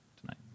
tonight